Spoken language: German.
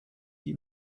die